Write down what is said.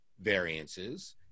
variances